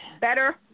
better